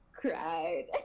cried